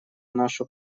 нашу